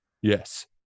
Yes